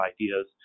ideas